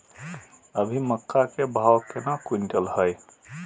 अभी मक्का के भाव केना क्विंटल हय?